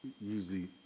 usually